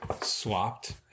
swapped